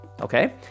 Okay